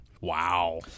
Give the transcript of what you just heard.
Wow